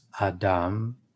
adam